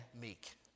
meek